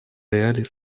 реалий